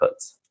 inputs